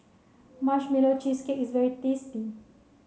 marshmallow cheesecake is very tasty